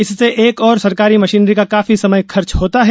इससे एक ओर सरकारी मशीनरी का काफी समय खर्च होता है